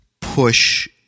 push